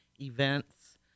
events